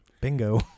Bingo